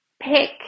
pick